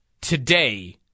today